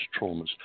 traumas